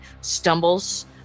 stumbles